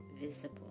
visible